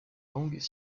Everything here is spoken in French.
langues